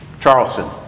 Charleston